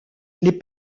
les